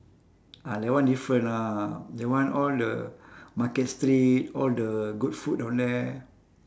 ah that one different lah that one all the market street all the good food down there